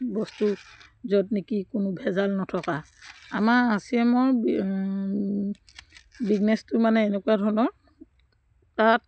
বস্তু য'ত নেকি কোনো ভেজাল নথকা আমাৰ আৰ চি এমৰ বিজনেছটো মানে এনেকুৱা ধৰণৰ তাত